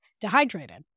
dehydrated